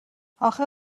اخه